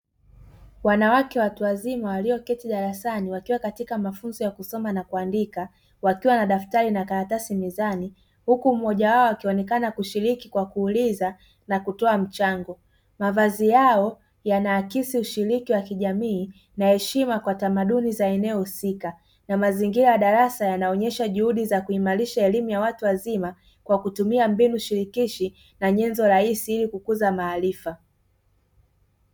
Wanawake watu wazima walioketi darasani wakiwa katika mafunzo ya kusoma na kuandika wakiwa na daftari na karatasi mezani, huku mmoja wao akionekana kushiriki kwa kuuliza na kutoa mchango, mavazi yao yanaakisi ushiriki wa kijamii na tamaduni za eneo husika na mazingira ya darasa, yanaonesha juhudi za kuimarisha elimu ya watu wazima kwa kutumia mbinu shirikishi na nyenzo rahisi ili kukuza maarifa.